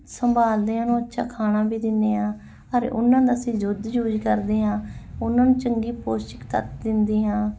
ਸੰਭਾਲਦੇ ਆਂ ਨੂੰ ਅੱਛਾ ਖਾਣਾ ਵੀ ਦਿੰਦੇ ਹਾਂ ਪਰ ਉਹਨਾਂ ਦਾ ਅਸੀਂ ਦੁੱਧ ਯੂਜ ਕਰਦੇ ਹਾਂ ਉਹਨਾਂ ਨੂੰ ਚੰਗੀ ਪੋਸ਼ਟਿਕ ਤੱਤ ਦਿੰਦੀ ਹਾਂ